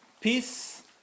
Peace